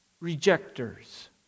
rejectors